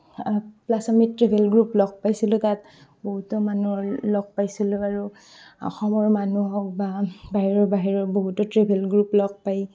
plus আমি travel group লগ পাইছিলোঁ তাত বহুতো মানুহৰ লগ পাইছিলোঁ আৰু অসমৰ মানুহক বা বাহিৰৰ বাহিৰৰ বহুতো ট্ৰেভেল গ্ৰুপ লগ পাই